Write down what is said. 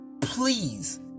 please